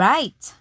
Right